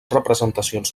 representacions